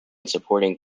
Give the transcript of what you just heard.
supporting